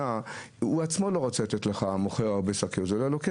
כאן הוא עצמו מצמצם במשלוח.